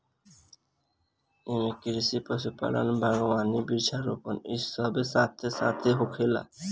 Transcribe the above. एइमे कृषि, पशुपालन, बगावानी, वृक्षा रोपण इ सब साथे साथ होखेला